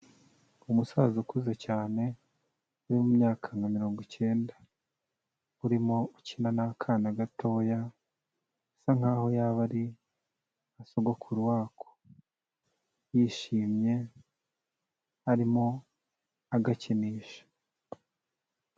Umusaza ukuze cyane wo mu myaka nka mirongo icyenda, urimo ukina n'akana gatoya asa nk'aho yaba ari nka sogokuru wako, yishimye arimo agakinisha.